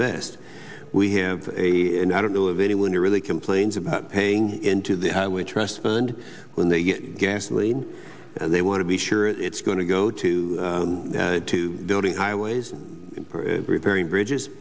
best we have and i don't know of anyone who really complains about paying into the highway trust fund when they get gasoline and they want to be sure it's going to go to building highways and repairing bridges